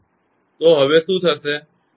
તો હવે શું થશે